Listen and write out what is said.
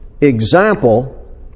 example